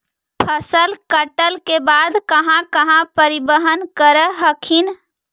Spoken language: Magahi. फसल कटल के बाद कहा कहा परिबहन कर हखिन?